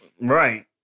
Right